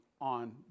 on